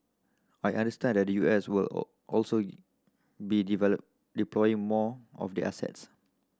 I understand that the U S will all also be develop deploying more of their assets